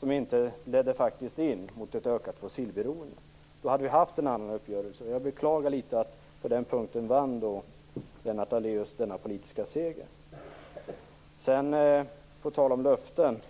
Det hade heller inte lett till ett ökat fossilberoende. Då hade vi haft en annan uppgörelse. Jag beklagar att Lennart Daléus på den punkten vann denna politiska seger. På tal om löften,